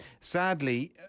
Sadly